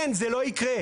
אין, זה לא יקרה.